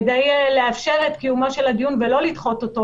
כדי לאפשר את קיומו של הדיון ולא לדחות אותו